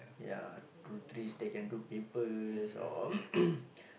ya through trees they can do papers or